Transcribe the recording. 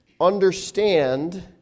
Understand